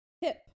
hip